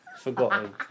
Forgotten